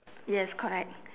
yes correct